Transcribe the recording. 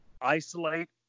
isolate